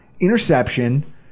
Interception